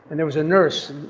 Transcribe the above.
and there was a nurse,